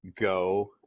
go